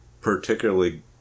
particularly